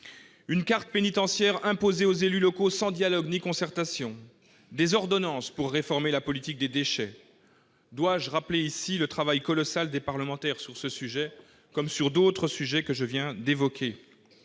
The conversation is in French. une carte pénitentiaire imposée aux élus locaux, sans dialogue ni concertation ; des ordonnances pour réformer la politique des déchets ... Dois-je rappeler, ici, le travail colossal des parlementaires sur ce sujet, comme sur d'autres sujets que je viens d'évoquer ?